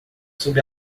sob